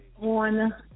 on